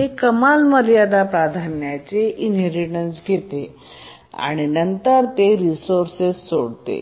हे कमाल मर्यादा प्राधान्याने इनहेरिटेन्स घेते आणि नंतर ते रिसोर्सेस सोडते